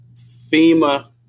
FEMA